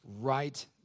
right